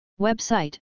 Website